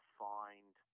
find